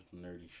nerdy